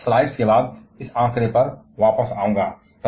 मैं कुछ स्लाइड्स के बाद इस आंकड़े पर वापस आऊंगा